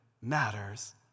matters